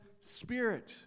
spirit